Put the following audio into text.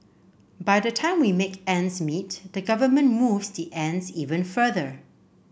by the time we make ends meet the government moves the ends even further